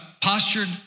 postured